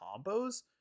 combos